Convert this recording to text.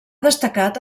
destacat